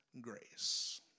grace